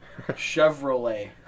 Chevrolet